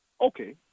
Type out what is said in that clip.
Okay